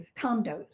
condos